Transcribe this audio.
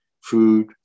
food